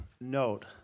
note